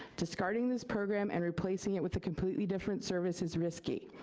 discarding this program and replacing it with a completely different service is risky.